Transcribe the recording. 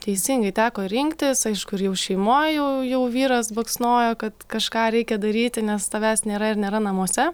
teisingai teko rinktis aišku ir jau šeimoj jau jau vyras baksnojo kad kažką reikia daryti nes tavęs nėra ir nėra namuose